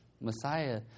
Messiah